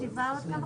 בשעה 11:00.